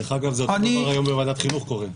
דרך אגב, אותו דבר היום בוועדת חינוך קורה.